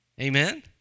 Amen